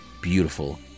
beautiful